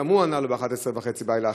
וגם הוא ענה לו ב-23:30 בלילה,